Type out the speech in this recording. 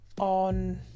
on